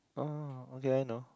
orh okay I know